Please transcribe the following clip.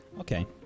okay